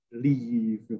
leave